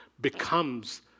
becomes